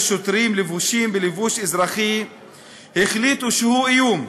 שוטרים לבושים בלבוש אזרחי שהוא איום,